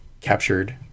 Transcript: captured